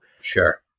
sure